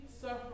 suffer